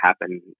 happen